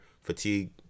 Fatigue